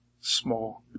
small